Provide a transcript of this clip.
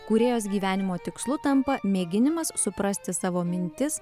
kūrėjos gyvenimo tikslu tampa mėginimas suprasti savo mintis